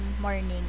morning